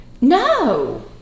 No